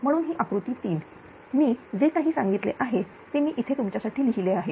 म्हणून ही आकृती 3 मी जे काही सांगितले आहे ते मी इथे तुमच्यासाठी लिहिले आहे